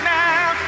now